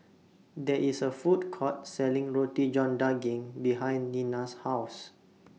There IS A Food Court Selling Roti John Daging behind Nina's House